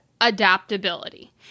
adaptability